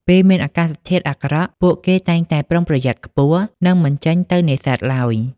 ពេលមានអាកាសធាតុអាក្រក់ ពួកគេតែងតែប្រុងប្រយ័ត្នខ្ពស់ និងមិនចេញទៅនេសាទឡើយ។